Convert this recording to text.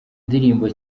ndirimbo